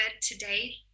today